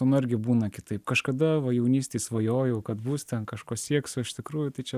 nu argi būna kitaip kažkada va jaunystėj svajojau kad bus ten kažko sieksiu o iš tikrųjų tai čia